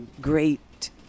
great